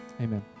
amen